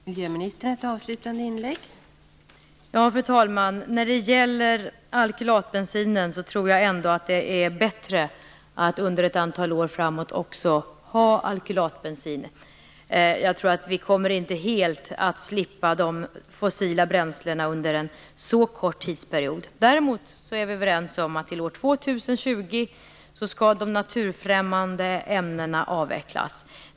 Fru talman! Jag tror ändå att det är bättre att under ett antal år framåt också ha alkylatbensin. Jag tror inte att vi på så kort sikt helt kommer att slippa de fossila bränslena. Däremot är vi överens om att de naturfrämmande ämnena skall avvecklas till år 2020.